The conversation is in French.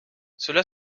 cela